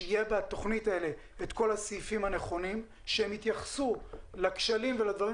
שבתוכנית יהיו כל הסעיפים הנכונים שיתייחסו לכשלים ולדברים